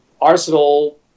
Arsenal